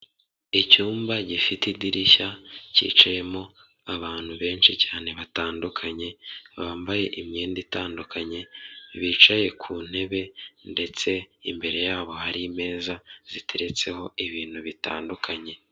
Icyumba gifite idirishya cyicayemo abantu benshi cyane batandukanye bambaye imyenda itandukanye, bicaye ku ntebe ndetse imbere yabo hari meza ziteretseho ibintu bitandukanye.